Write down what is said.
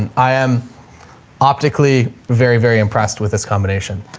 and i um optically very, very impressed with this combination